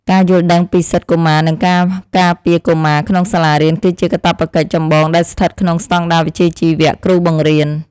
ការយល់ដឹងពីសិទ្ធិកុមារនិងការការពារកុមារក្នុងសាលារៀនគឺជាកាតព្វកិច្ចចម្បងដែលស្ថិតក្នុងស្តង់ដារវិជ្ជាជីវៈគ្រូបង្រៀន។